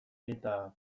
eta